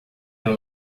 não